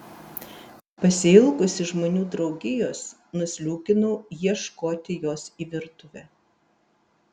pasiilgusi žmonių draugijos nusliūkinau ieškoti jos į virtuvę